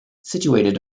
situated